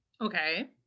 Okay